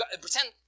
pretend